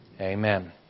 Amen